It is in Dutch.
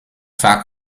vaak